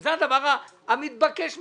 זה הדבר המתבקש מאליו.